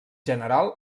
general